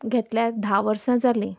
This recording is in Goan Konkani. घेतल्यार धा वर्सां जालीं